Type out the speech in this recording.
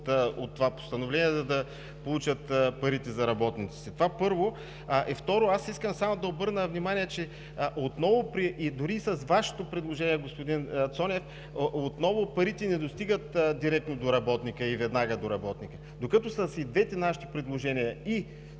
от това постановление, за да получат парите за работниците – това първо. Второ, аз искам само да обърна внимание, че дори и с Вашето предложение, господин Цонев, отново парите не достигат директно и веднага до работника. Докато са си двете нашите предложения –